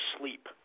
sleep